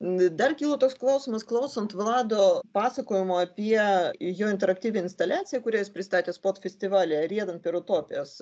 dar kyla toks klausimas klausant vlado pasakojimo apie jo interaktyvi instaliacija kurią jis pristatė spot festivalyje riedant per utopijas